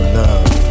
love